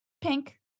Pink